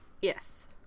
Yes